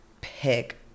pick